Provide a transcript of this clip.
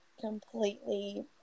completely